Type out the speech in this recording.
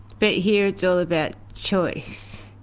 but here it's all about choice.